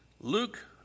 Luke